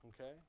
Okay